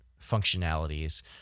functionalities